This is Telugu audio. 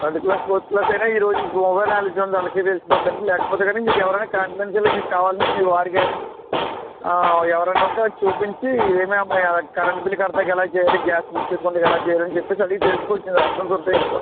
థర్డు క్లాసు ఫోర్త్ క్లాసు అయినా ఈ రోజుల్లో మొబైల్ నాలెడ్జ్ ఉంది వాళ్ళకే తెలిసిపోతుందండి లేకపోతే కానీ మీకు ఎవరైనా కాన్ఫిడెన్షియల్లీ మీకు కావల్సిన వాళ్ళు మీ వారు కానీ ఎవరైనా ఉంటే అది చూపించి ఏమేమి కరెంటు బిల్లు కట్టడానికి ఎలా చెయ్యాలి గ్యాస్ బిల్లు బుక్ చేసుకుందుకు ఎలా చెయ్యాలి అని చెప్పి అడిగి తెలుసుకోవచ్చండి ఆప్షన్స్ ఉంటాయి ఇందులో